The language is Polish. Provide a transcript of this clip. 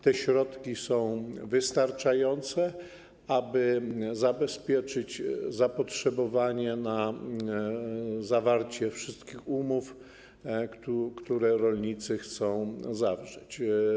Te środki są wystarczające, aby zabezpieczyć zapotrzebowanie na wszystkie umowy, które rolnicy chcą zawrzeć.